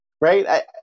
Right